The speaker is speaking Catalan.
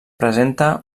presenta